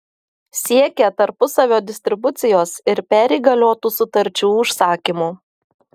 siekia tarpusavio distribucijos ir perįgaliotų sutarčių užsakymų